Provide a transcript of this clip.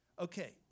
Okay